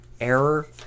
Error